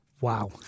Wow